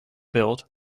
built